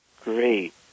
Great